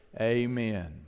Amen